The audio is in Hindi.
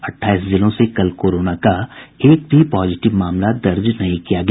अट्ठाईस जिलों से कल कोरोना का एक भी पॉजिटिव मामला दर्ज नहीं किया गया